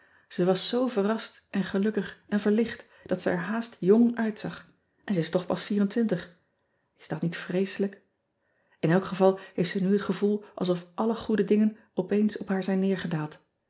e was zoo verrast en gelukkig en verlicht dat ze er haast jong uitzag n ze is toch pas s dat niet vreeselijk n elk geval heeft ze nu het gevoel alsof alle goede dingen opeens op haar zijn neergedaald